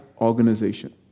organization